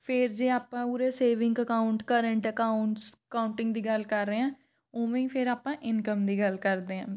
ਫਿਰ ਜੇ ਆਪਾਂ ਉਰੇ saving account current accounts counting ਦੀ ਗੱਲ ਕਰ ਰਹੇ ਹਾਂ ਉਵੇਂ ਹੀ ਫਿਰ ਆਪਾਂ ਇਨਕਮ ਦੀ ਗੱਲ ਕਰਦੇ ਹਾਂ